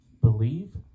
believe